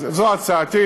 אז זו הצעתי.